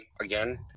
again